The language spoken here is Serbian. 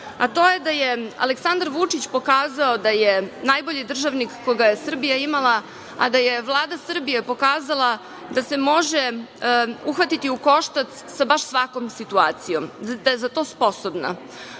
a to je da je Aleksandar Vučić pokazao da je najbolji državnik koga je Srbija imala, a da je Vlada Srbije pokazala da se može uhvatiti u koštac sa baš svakom situacijom, da je za to